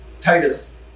Titus